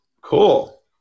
Cool